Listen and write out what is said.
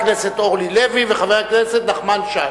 חברת הכנסת אורלי לוי וחבר הכנסת נחמן שי.